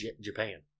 Japan